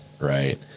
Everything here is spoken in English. right